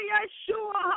Yeshua